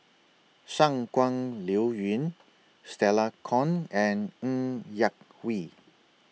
Shangguan Liuyun Stella Kon and Ng Yak Whee